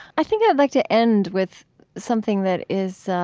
i think i'd like to end with something that is,